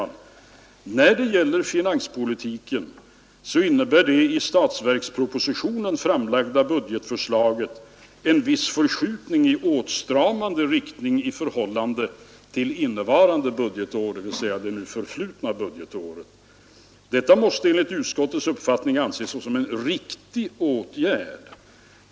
”När det gäller finanspolitiken innebär det i statsverkspropositionen framlagda budgetförslaget en viss förskjutning i åtstramande riktning i förhållande till innevarande budgetår” — dvs. det nu förflutna budgetåret. ”Detta måste enligt utskottets uppfattning anses vara en riktig åtgärd.